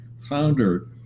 founder